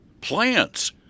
Plants